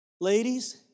Ladies